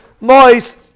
Mois